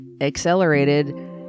accelerated